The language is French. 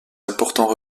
importants